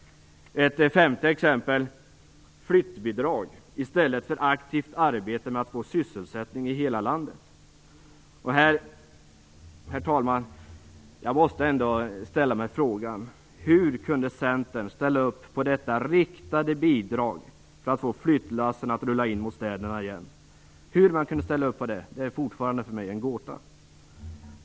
För det femte gäller det flyttbidrag i stället för aktivt arbete med att få sysselsättning i hela landet. Jag måste ställa frågan: Hur kunde Centern ställa sig bakom detta riktade bidrag för att få flyttlassen att rulla in mot städerna igen? Hur Centern kunde ställa sig bakom detta är fortfarande en gåta för mig.